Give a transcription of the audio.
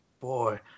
boy